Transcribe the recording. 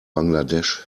bangladesch